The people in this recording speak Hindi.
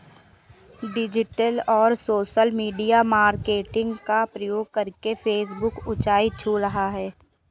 डिजिटल और सोशल मीडिया मार्केटिंग का प्रयोग करके फेसबुक ऊंचाई छू रहा है